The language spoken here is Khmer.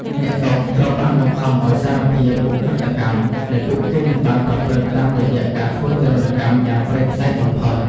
អ្នកទោសត្រូវបានបង្ខំឱ្យសារភាព "ឧក្រិដ្ឋកម្ម" ដែលពួកគេមិនបានប្រព្រឹត្ត តាមរយៈការធ្វើទារុណកម្មយ៉ាងព្រៃផ្សៃបំផុត។